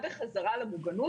עלייה בחזרה למוגנות.